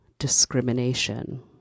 discrimination